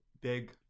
big